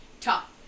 top